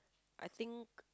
I think